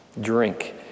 Drink